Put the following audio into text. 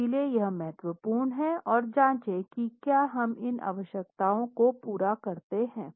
इसलिए यह महत्वपूर्ण है और जांचें कि क्या हम इन आवश्यकताओं को पूरा करते हैं